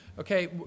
okay